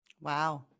Wow